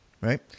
right